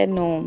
no